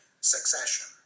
succession